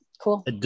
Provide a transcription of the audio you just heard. Cool